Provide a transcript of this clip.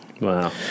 Wow